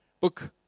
book